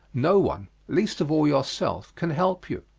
no one least of all yourself can help you.